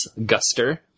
Guster